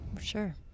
Sure